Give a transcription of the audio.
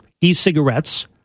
E-cigarettes